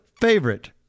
favorite